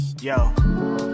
Yo